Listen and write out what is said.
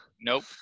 Nope